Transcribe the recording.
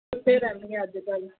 ਕਿੱਥੇ ਰਹਿੰਦੀ ਆ ਅੱਜ ਕੱਲ੍ਹ